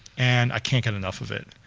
and i can't get enough of it.